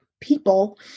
people